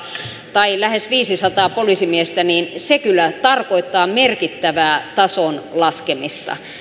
tai lähes viisisataa poliisimiestä niin se kyllä tarkoittaa merkittävää tason laskemista